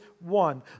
one